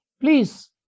please